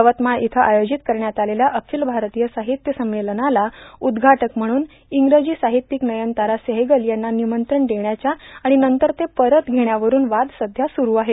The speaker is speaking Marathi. यवतमाळ इथं आयोजित करण्यात आलेल्या र्आखल भारतीय सार्ाहत्य संमेलनाला उदघाटक म्हणून इंग्रजी सार्ाहत्यिका नयन तारा सेहगल यांना र्निमंत्रण देण्याच्या र्आण नंतर ते परत घेण्यावरुन वाद सध्या सुरु आहेत